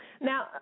Now